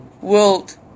world